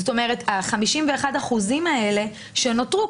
זאת אומרת 51% האלה שנותרו,